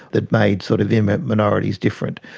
that made sort of immigrant minorities different.